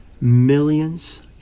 millions